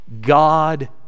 God